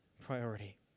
priority